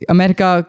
America